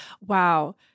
wow